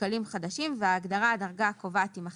שקלים ההגדרה "הדרגה הקובעת" תימחק.